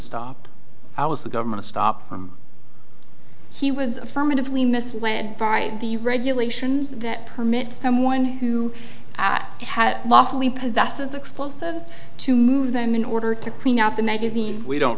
stopped i was the government to stop him he was affirmatively misled by the regulations that permit someone who had lawfully possesses explosives to move them in order to clean up the magazine we don't